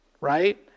right